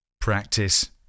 Practice